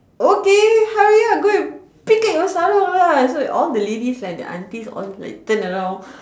okay hurry up go and pick at your sarong lah so all the ladies and the aunties turn around